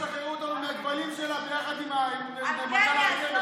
אולי תשחררו אותנו מהכבלים שלה יחד עם מנכ"ל הרכבת,